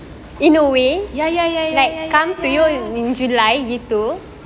ya ya ya ya ya